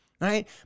right